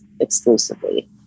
exclusively